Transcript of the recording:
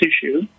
tissue